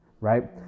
right